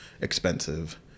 expensive